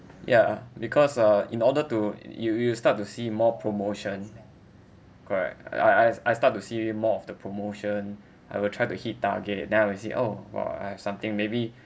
ya uh because uh in order to you will start to see more promotion correct I I I start to see more of the promotion I will try to hit target then I will see oh !wah! I have something maybe